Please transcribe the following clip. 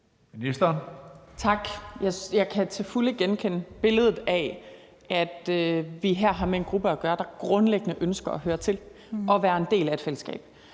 Tak. Jeg kan til fulde genkende billedet af, at vi her har at gøre med en gruppe, der grundlæggende ønsker at høre til og være en del af et fællesskab,